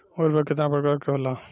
उर्वरक केतना प्रकार के होला?